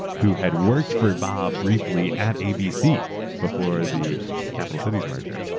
who had worked for bob briefly at abc before the capital cities merger.